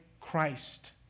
Christ